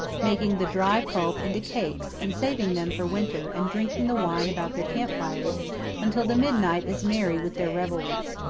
making the dry pulp into cakes and saving them for winter and drinking the wine about their camp fires until the midnight is merry with their revelries.